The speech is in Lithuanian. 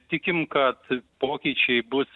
tikim kad pokyčiai bus